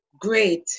Great